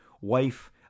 wife